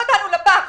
לפח.